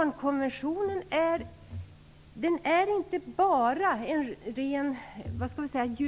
Barnkonventionen är alltså inte bara